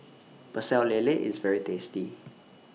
Pecel Lele IS very tasty